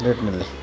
ರೇಟ್ನಲ್ಲಿ